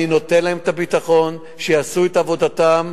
אני נותן להם את הביטחון שיעשו את עבודתם.